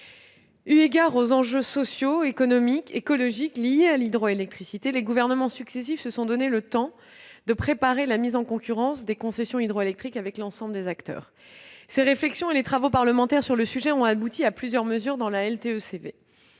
Eu égard aux enjeux sociaux, économiques et écologiques liés à l'hydroélectricité, les gouvernements successifs se sont donné le temps de préparer la mise en concurrence des concessions hydroélectriques avec l'ensemble des acteurs. Ces réflexions et les travaux parlementaires sur le sujet ont abouti à plusieurs mesures inscrites,